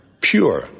pure